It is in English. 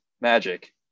magic